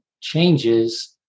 changes